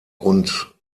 und